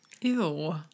Ew